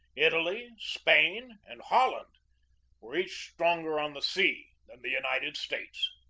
italy, spain, and holland were each stronger on the sea than the united states.